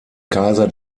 kaiser